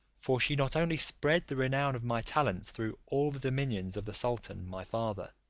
for she not only spread the renown of my talents through all the dominions of the sultan my father,